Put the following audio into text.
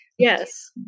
Yes